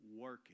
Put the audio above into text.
working